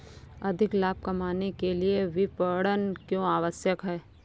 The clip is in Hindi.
अधिक लाभ कमाने के लिए विपणन क्यो आवश्यक है?